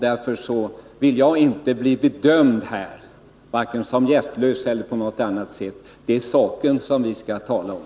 Därför vill jag inte bli bedömd vare sig som hjärtlös eller något annat. Det är sakfrågan vi skall tala om.